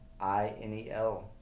I-N-E-L